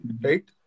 right